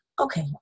okay